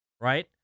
right